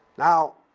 now,